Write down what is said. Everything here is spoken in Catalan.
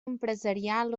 empresarial